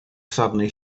suddenly